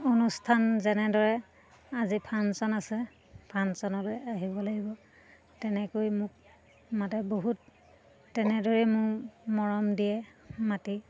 অনুষ্ঠান যেনেদৰে আজি ফাংচন আছে ফাংচনলৈ আহিব লাগিব তেনেকৈ মোক মাতে বহুত তেনেদৰেই মোৰ মৰম দিয়ে মাতি